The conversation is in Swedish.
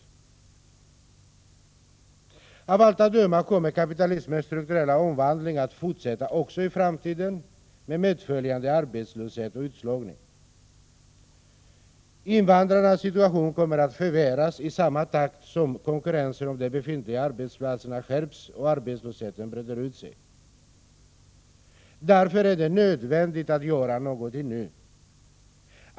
Av allt att döma kommer kapitalismens strukturella omvandling att fortsätta också i framtiden, med åtföljande arbetslöshet och utslagning. Invandrarnas situation kommer att förvärras i samma takt som konkurrensen om de befintliga arbetsplatserna skärps och arbetslösheten breder ut sig. Därför är det nödvändigt att göra någonting nu.